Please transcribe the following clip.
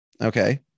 okay